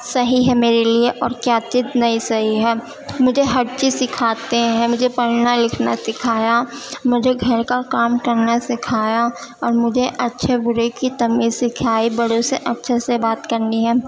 صحیح ہے میرے لیے اور کیا چیز نہیں صحیح ہے مجھے ہر چیز سکھاتے ہیں مجھے پڑھنا لکھنا سکھایا مجھے گھر کا کام کرنا سکھایا اور مجھے اچھے برے کی تمیز سکھائی بڑوں سے اچھے سے بات کرنی ہے